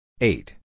Eight